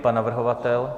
Pan navrhovatel?